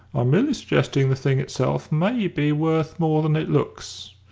i'm merely suggesting the thing itself may be worth more than it looks.